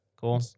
Cool